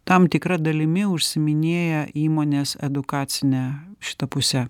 tam tikra dalimi užsiiminėja įmonės edukacine šita puse